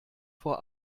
vor